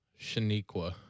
Shaniqua